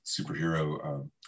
superhero